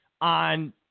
on